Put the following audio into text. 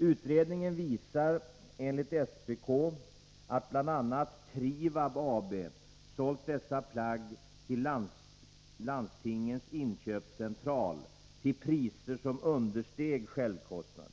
Utredningen visar enligt SPK att bl.a. Trivab sålt dessa plagg till Landstingens inköpscentral till priser som understeg självkostnaden.